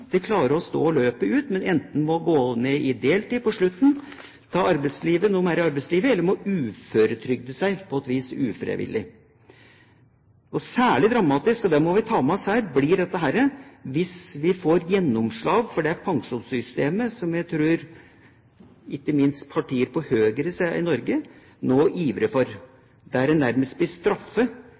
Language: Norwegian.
klarer å stå løpet ut, enten må gå ned til deltid på slutten av arbeidslivet, eller på et vis må uføretrygde seg ufrivillig. Særlig dramatisk, og det må vi ta med oss her, blir dette hvis en får gjennomslag for det pensjonssystemet som jeg tror ikke minst partier på høyresiden i Norge nå ivrer for. Der blir en nærmest